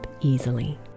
easily